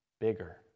bigger